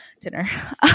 dinner